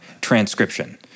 transcription